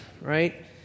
right